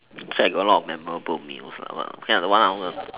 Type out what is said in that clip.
it's like a lot memorable meals lah !walao!